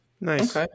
Nice